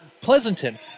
Pleasanton